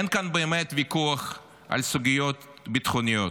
אין כאן באמת ויכוח על סוגיות ביטחוניות,